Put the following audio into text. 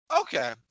Okay